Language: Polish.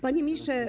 Panie Ministrze!